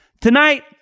Tonight